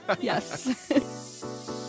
yes